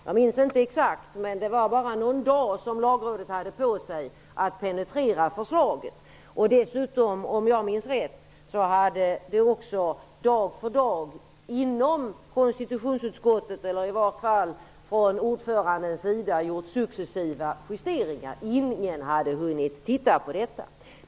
Jag minns inte exakt, men jag tror att Lagrådet bara hade någon dag på sig för att penetrera förslaget. Om jag minns rätt hade också konstitutionsutskottets ordförande gjort successiva justeringar dag för dag. Ingen hade hunnit titta på dessa.